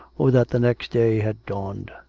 or that the next day had dawned.